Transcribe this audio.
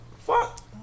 fuck